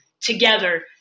together